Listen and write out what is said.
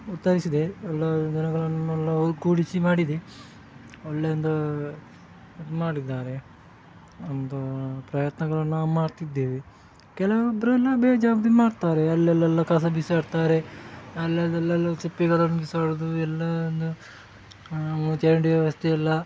ಉತ್ತರಿಸಿದೆ ಎಲ್ಲ ಜನಗಳನ್ನೆಲ್ಲ ಒಗ್ಗೂಡಿಸಿ ಮಾಡಿದೆ ಒಳ್ಳೆ ಒಂದು ಇದು ಮಾಡಿದ್ದಾರೆ ಒಂದು ಪ್ರಯತ್ನಗಳನ್ನು ಮಾಡ್ತಿದ್ದೇವೆ ಕೆಲವೊಬ್ಬರೆಲ್ಲ ಬೇಜವಾಬ್ದಾರಿ ಮಾಡ್ತಾರೆ ಅಲ್ಲೆಲ್ಲೆಲ್ಲ ಕಸ ಬಿಸಾಡ್ತಾರೆ ಅಲ್ಲೆಲ್ಲ ಅಲ್ಲೆಲ್ಲು ಸಿಪ್ಪೆಗಳನ್ನು ಬಿಸಾಡೋದು ಎಲ್ಲ ಒಂದು ಚರಂಡಿ ವ್ಯವಸ್ಥೆ ಇಲ್ಲ